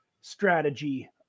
strategy